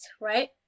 right